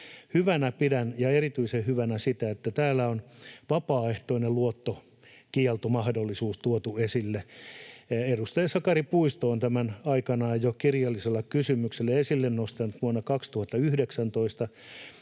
Hyvänä pidän — ja erityisen hyvänä — sitä, että täällä on vapaaehtoinen luottokieltomahdollisuus tuotu esille. Edustaja Sakari Puisto on tämän aikanaan jo kirjallisella kysymyksellä esille nostanut vuonna 2019,